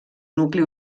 nucli